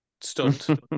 stunned